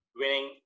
winning